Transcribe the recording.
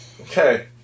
Okay